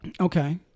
Okay